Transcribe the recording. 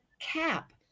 cap